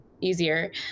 easier